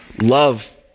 love